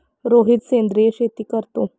रोहित सेंद्रिय शेती करतो